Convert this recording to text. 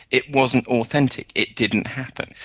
it wasn't authentic, it didn't happen.